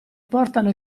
portano